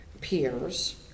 peers